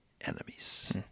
enemies